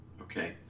okay